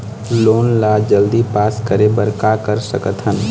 Loan ला जल्दी pass करे बर का कर सकथन?